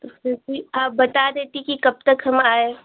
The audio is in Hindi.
तो फिर भी आप बता देती कि कब तक हम आएँ